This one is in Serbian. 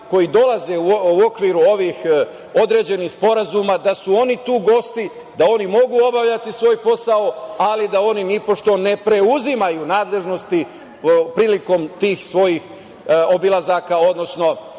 koji dolaze u okviru ovih određenih sporazuma da su oni tu gosti, da oni mogu obavljati svoj posao, ali da oni nipošto ne preuzimaju nadležnosti prilikom tih svojih obilazaka, odnosno